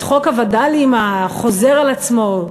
את חוק הווד"לים החוזר על עצמו,